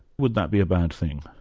would that be a bad thin